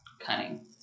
cunning